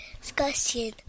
Discussion